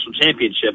championship